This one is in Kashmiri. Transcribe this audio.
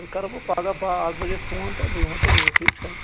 تیٚلہِ کرہو بہٕ پَگاہ باہ اکھ بَجے فون تہٕ بہٕ یِمہو تیٚلہِ اوٗرۍ ٹھیٖک چھا